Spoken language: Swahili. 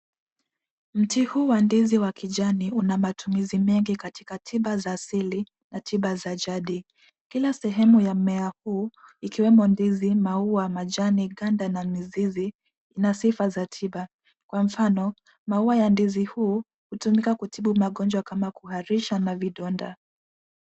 Mti huu wa ndizi wa kijani una matumizi mengi katika tiba za asili na tiba za jadi. Kila sehemu ya mmea huu, ikiwemo ndizi, maua, majani, ganda na mizizi ina sifa za tiba. Kwa mfano, maua ya ndizi huu hutumika kutibu magonjwa kama kuharisha na vidonda.